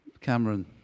Cameron